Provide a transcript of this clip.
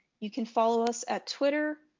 you can follow us at twitter,